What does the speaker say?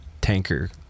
tanker